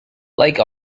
like